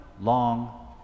long